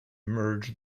merge